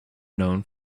known